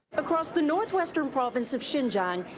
across the northwestern province of xinjiang,